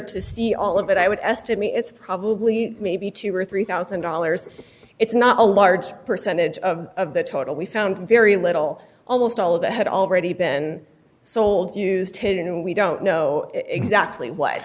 to see all of it i would estimate it's probably maybe two or three thousand dollars it's not a large percentage of the total we found very little almost all of it had already been sold and we don't know exactly wh